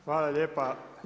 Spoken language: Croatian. Hvala lijepa.